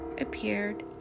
appeared